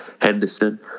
Henderson